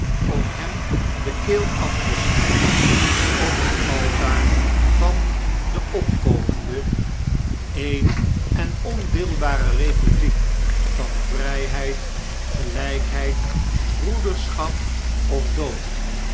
om hem de keel aftesnj'den op het altaar van de opkomende e'e'n en ondeelbare kepubliek van vrpeid gelijkheid broederschap of dood